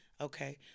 okay